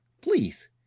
Please